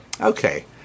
Okay